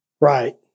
Right